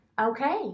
Okay